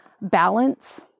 balance